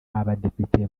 abadepite